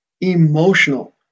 emotional